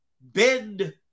bend